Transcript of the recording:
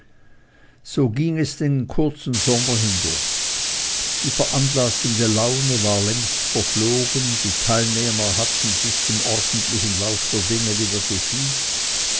so ging es den ganzen kurzen sommer hindurch die veranlassende laune war längst verflogen die teilnehmer hatten sich dem ordentlichen lauf der dinge wieder gefügt